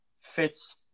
fits